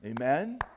Amen